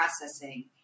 processing